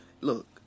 look